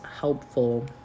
helpful